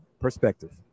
perspective